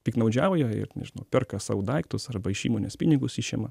piktnaudžiauja ir nu perka sau daiktus arba iš įmonės pinigus išima